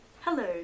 hello